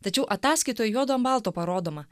tačiau ataskaitoje juodu ant balto parodoma